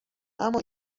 اما